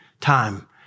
time